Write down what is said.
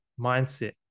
mindset